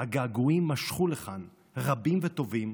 הגעגועים משכו לכאן רבים וטובים,